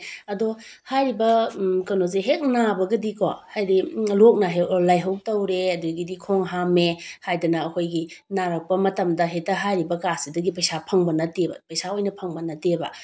ꯑꯗꯣ ꯍꯥꯏꯔꯤꯕ ꯀꯩꯅꯣꯁꯦ ꯍꯦꯛ ꯅꯥꯕꯒꯗꯤ ꯀꯣ ꯍꯥꯏꯗꯤ ꯂꯣꯛ ꯂꯥꯏꯍꯧ ꯇꯧꯔꯦ ꯑꯗꯨꯗꯒꯤꯗꯤ ꯈꯣꯡ ꯍꯥꯝꯃꯦ ꯍꯥꯏꯗꯅ ꯑꯩꯈꯣꯏꯒꯤ ꯅꯥꯔꯛꯄ ꯃꯇꯝꯗ ꯍꯦꯛꯇ ꯍꯥꯏꯔꯤꯕ ꯀꯥꯠꯁꯤꯗꯒꯤ ꯄꯩꯁꯥ ꯐꯪꯕ ꯅꯠꯇꯦꯕ ꯄꯩꯁꯥ ꯑꯣꯏꯅ ꯐꯪꯕ ꯅꯠꯇꯦꯕ